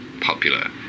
popular